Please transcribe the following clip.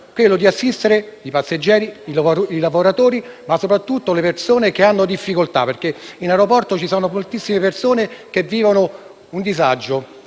dovere di assistere i passeggeri, i lavoratori, ma soprattutto le persone in difficoltà. In aeroporto ci sono moltissime persone che vivono un disagio